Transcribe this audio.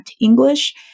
English